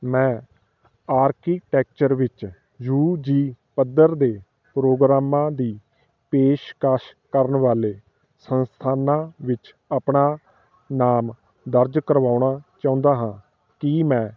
ਮੈਂ ਆਰਕੀਟੈਕਚਰ ਵਿੱਚ U G ਪੱਧਰ ਦੇ ਪ੍ਰੋਗਰਾਮਾਂ ਦੀ ਪੇਸ਼ਕਸ਼ ਕਰਨ ਵਾਲੇ ਸੰਸਥਾਨਾਂ ਵਿੱਚ ਆਪਣਾ ਨਾਮ ਦਰਜ ਕਰਵਾਉਣਾ ਚਾਹੁੰਦਾ ਹਾਂ ਕੀ ਮੈਂ